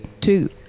Two